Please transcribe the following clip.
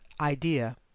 idea